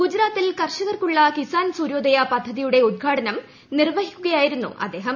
ഗുജറാത്തിൽ കർഷകർക്കുള്ള കിസാൻ സൂര്യോദയ പദ്ധതിയുടെ ഉദ്ഘാടനം നിർവഹിച്ച് സംസാരിക്കജശ യായിരുന്നു അദ്ദേഹം